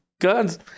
guns